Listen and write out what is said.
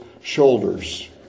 shoulders